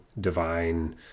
divine